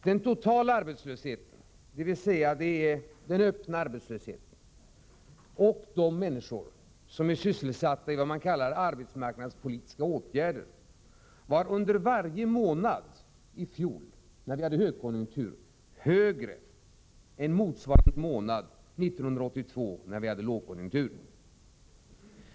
Den totala arbetslösheten, dvs. den öppna arbetslösheten och de människor som är sysselsatta i vad man kallar arbetsmarknadspolitiska åtgärder, var under varje månad i fjol då vi hade högkonjunktur högre än under motsvarande månad 1982 då vi hade lågkonjunktur.